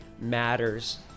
matters